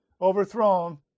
overthrown